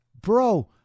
Bro